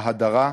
ההדרה,